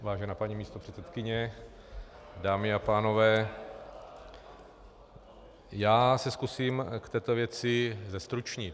Vážená paní místopředsedkyně, dámy a pánové, zkusím se v této věci zestručnit.